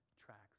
tracks